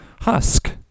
husk